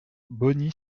bogny